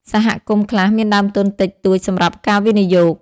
សហគមន៍ខ្លះមានដើមទុនតិចតួចសម្រាប់ការវិនិយោគ។